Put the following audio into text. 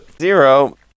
Zero